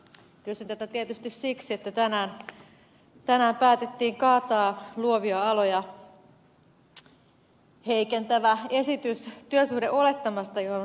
kysyn tätä tietysti siksi että tänään päätettiin kaataa luovia aloja heikentävä esitys työsuhdeolettamasta johon ed